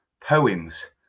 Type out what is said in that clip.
poems